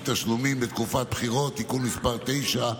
תשלומים בתקופת בחירות (תיקון מס' 9,